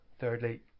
Thirdly